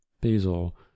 Basil